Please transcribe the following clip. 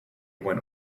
when